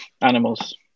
animals